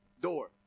Door